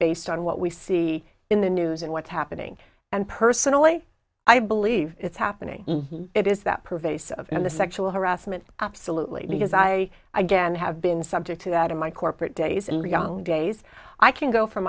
based on what we see in the news and what's happening and personally i believe it's happening it is that pervasive and the sexual harassment absolutely because i again have been subject to that in my corporate days in the young days i can go from